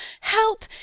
Help